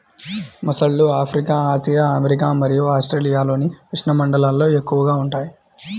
మొసళ్ళు Africa, Asia, America మరియు ఆస్ట్రేలియాలోని ఉష్ణమండలాల్లో ఎక్కువగా ఉంటాయి